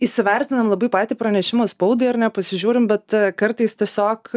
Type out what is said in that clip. įsivertinam labai patį pranešimą spaudai ar nepasižiūrim bet kartais tiesiog